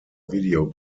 video